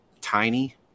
tiny